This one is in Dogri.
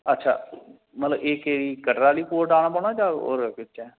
अच्छा मतलब एह केह्ड़ी कटरा आह्ली कोर्ट आना पौना जां कोई होर दिखचै